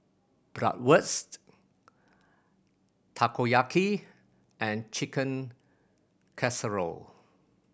Bratwurst Takoyaki and Chicken Casserole